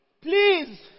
please